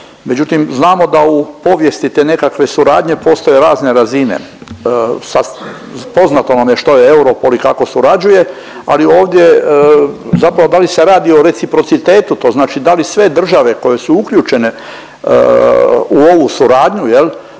Međutim, znamo da u povijesti te nekakve suradnje postoje razne razine sa, poznato vam je što je Europol i kako surađuje ali ovdje zapravo da li se radi reciprocitetu to znači da li sve države koje su uključene u ovu suradnju jel,